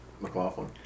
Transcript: McLaughlin